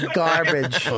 garbage